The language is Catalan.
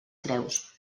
creus